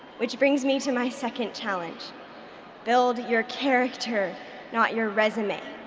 which brings me to my second challenge build your character not your resume.